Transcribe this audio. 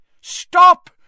Stop